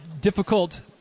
difficult